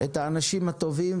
את האנשים הטובים,